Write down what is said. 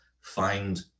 find